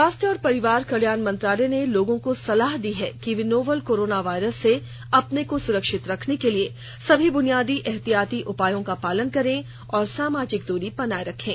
स्वास्थ्य और परिवार कल्याण मंत्रालय ने लोगों को सलाह दी है कि वे नोवल कोरोना वायरस से अपने को सुरक्षित रखने के लिए सभी बुनियादी एहतियाती उपायों का पालन करें और सामाजिक दूरी बनाए रखें